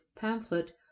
pamphlet